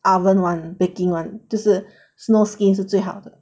oven [one] baking [one] 就是 snow skin 是最好的